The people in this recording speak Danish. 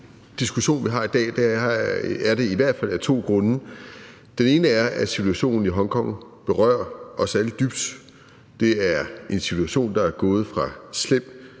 Den ene er, at situationen i Hongkong berører os alle dybt. Det er en situation, der er gået fra slem